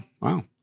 wow